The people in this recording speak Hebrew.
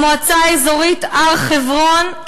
המועצה האזורית הר-חברון,